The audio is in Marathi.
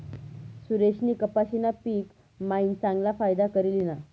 सुरेशनी कपाशीना पिक मायीन चांगला फायदा करी ल्हिना